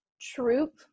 troop